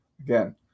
Again